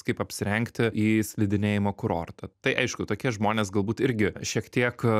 kaip apsirengti į slidinėjimo kurortą tai aišku tokie žmonės galbūt irgi šiek tiek